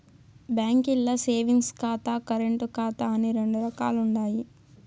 బాంకీల్ల సేవింగ్స్ ఖాతా, కరెంటు ఖాతా అని రెండు రకాలుండాయి